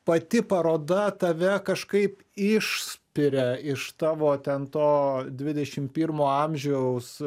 pati paroda tave kažkaip išspiria iš tavo ten to dvidešimt pirmo amžiaus